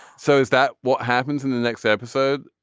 so is that what happens in the next episode.